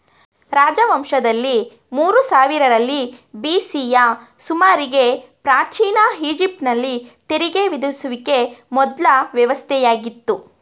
ರಾಜವಂಶದಲ್ಲಿ ಮೂರು ಸಾವಿರರಲ್ಲಿ ಬಿ.ಸಿಯ ಸುಮಾರಿಗೆ ಪ್ರಾಚೀನ ಈಜಿಪ್ಟ್ ನಲ್ಲಿ ತೆರಿಗೆ ವಿಧಿಸುವಿಕೆ ಮೊದ್ಲ ವ್ಯವಸ್ಥೆಯಾಗಿತ್ತು